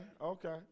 okay